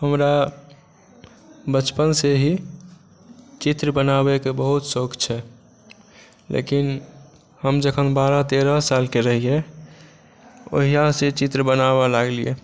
हमरा बचपन से ही चित्र बनाबैकेँ बहुत शौक छै लेकिन हम जखन बारह तेरह सालकेँ रहियै ओहिया से चित्र बनाबऽ लागलियै